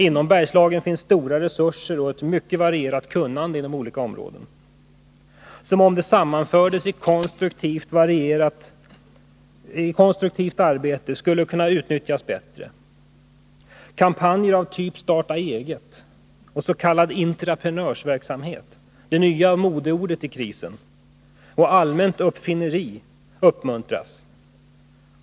Inom Bergslagen finns stora resurser och ett mycket varierat kunnande inom olika områden som, om de sammanfördes i konstruktivt arbete, skulle kunna utnyttjas bättre. Kampanjer av typen Starta eget, s.k. intraprenörsverksamhet — det nya modeordet i krisen — och allmänt uppfinneri uppmuntras.